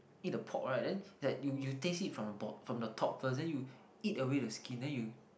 eat the pork right then that you you taste it from the ball from the top first then you eat away the skin then you